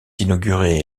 inaugurée